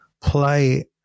play